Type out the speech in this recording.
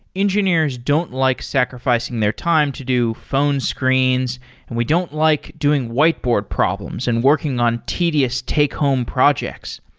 engineers don't like sacrificing their time to do phone screens and we don't like doing whiteboard problems and working on tedious take-home projects.